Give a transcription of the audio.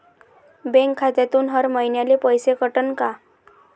Bank खात्यातून हर महिन्याले पैसे कटन का?